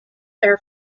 air